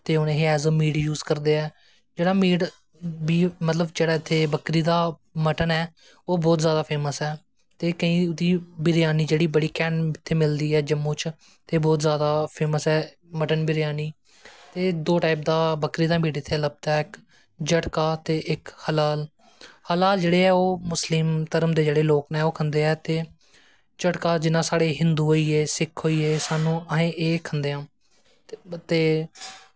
ते as a meat use करदे ऐं जेह्ड़ा मीट मतलव जेह्ड़ा इत्थें बकरी दी मटन ऐ ओह् बौह्त जादा फेमस ऐ ते केइयें दी बरेआनी इत्थै बड़ी घैंट मिलदी ऐ इत्थें जम्मूं च ते बौह्त जादा फेमस ऐ मटन बरेआनी ते दो टाईम दा मीट इत्थें लब्भदा ऐ इक झटका ते इक हलाल हलाल जेह्ड़ा ऐ ओह् मुस्लिम धर्म दे लोग खंदे ऐं ते ते झटका जियां साढ़े हिन्दू होइये सिक्ख एह् खंदे ऐं ते